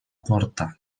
porta